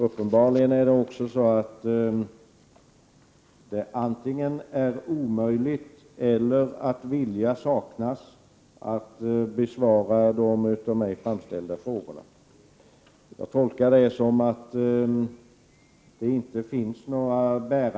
Uppenbarligen är det också så att det antingen är omöjligt att besvara de av mig ställda frågorna eller också saknas viljan. Jag tolkar de uteblivna svaren så, att det inte kan anföras några Prot.